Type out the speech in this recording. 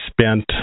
spent